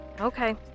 Okay